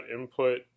input